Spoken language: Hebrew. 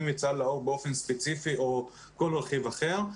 את סל לאור באופן ספציפי או כל רכיב אחר.